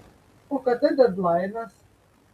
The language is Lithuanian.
o kada dedlainas